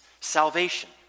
salvation